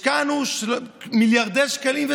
62 מיליון שקלים?